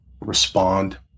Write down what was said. respond